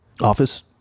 Office